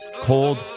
cold